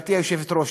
גברתי היושבת-ראש,